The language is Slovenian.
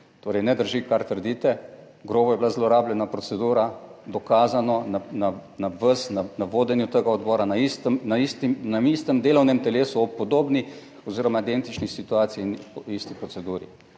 Torej ne drži kar trdite. Grobo je bila zlorabljena procedura, dokazano, na vas, na vodenju tega odbora na istem, na istem, na istem delovnem telesu ob podobni oziroma identični situaciji in v isti proceduri.